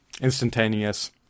instantaneous